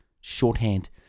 shorthand